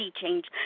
change